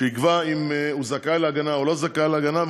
שיקבע אם הוא זכאי להגנה או לא זכאי להגנה,